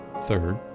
Third